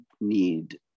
need